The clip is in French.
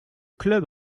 club